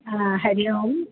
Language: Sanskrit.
हा हरिः ओं